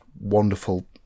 wonderful